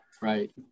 Right